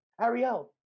Ariel